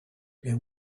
der